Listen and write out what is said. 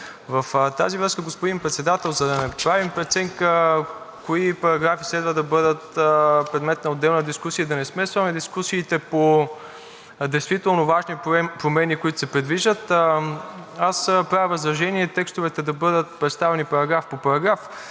В тази връзка, господин Председател, за да не правим преценка кои параграфи следва да бъдат предмет на отделна дискусия и да не смесваме дискусиите по действително важни промени, които се предвиждат, аз правя възражение текстовете да бъдат представени параграф по параграф.